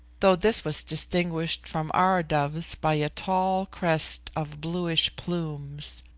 though this was distinguished from our doves by a tall crest of bluish plumes.